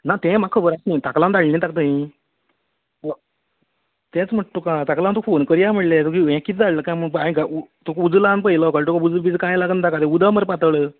ना तें म्हाका खबर आसा न्ही ताका लागून धाडलां न्ही ताका थंय व तेंच म्हणटा तुका ताका लागून तुका फोन करया म्हणलें ये किदें धाडलां काय म्हणून हांवें तुका उजो लावन पळयलो कळलो तुका उजो बिजो काय लागना ताका ते उदक मरे पातळ